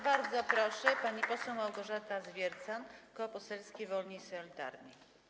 Bardzo proszę, pani poseł Małgorzata Zwiercan, Koło Poselskie Wolni i Solidarni.